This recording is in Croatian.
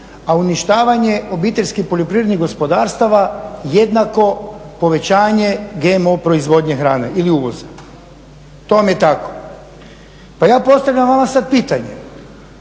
a uništavanje obiteljskih poljoprivrednih gospodarstava jednako povećanje GMO proizvodnje hrane ili uvoza. To vam je tako. Pa ja postavljam vama sad pitanje